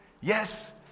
Yes